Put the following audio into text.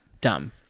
Dumb